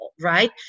right